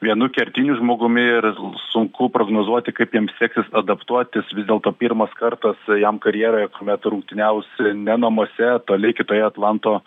vienu kertiniu žmogumi ir sunku prognozuoti kaip jam seksis adaptuotis vis dėlto pirmas kartas jam karjeroje kuomet rungtyniaus ne namuose toli kitoje atlanto